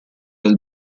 del